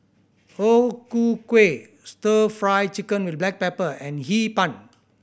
O Ku Kueh Stir Fry Chicken with black pepper and Hee Pan